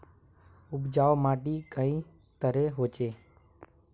उपजाऊ माटी कई तरहेर होचए?